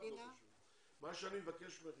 אני מבקש ממך,